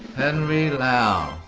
henry lau.